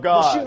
God